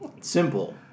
Simple